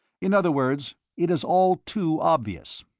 in other words, it is all too obvious.